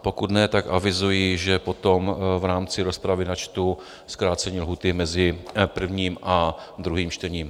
Pokud ano, tak avizuji, že potom v rámci rozpravy načtu zkrácení lhůty mezi prvním a druhým čtením.